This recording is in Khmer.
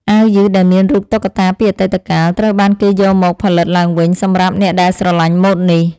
អាវយឺតដែលមានរូបតុក្កតាពីអតីតកាលត្រូវបានគេយកមកផលិតឡើងវិញសម្រាប់អ្នកដែលស្រឡាញ់ម៉ូដនេះ។